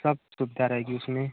सब सुविधा रहेगी उसमें